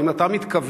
האם אתה מתכוון,